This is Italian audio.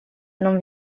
non